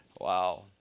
Wow